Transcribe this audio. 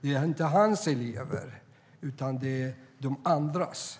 Det är inte hans elever, utan det är de andras.